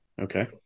Okay